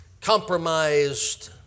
compromised